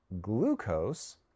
glucose